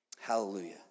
hallelujah